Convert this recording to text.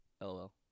LOL